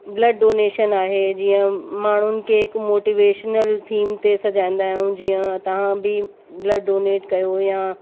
blood donation आहे जीअं माण्हूनि खे हिकु मोटिवेशनल थीम ते सॼाईंदा आहियूं जीअं तव्हां बि ब्लड डोनेट कयो या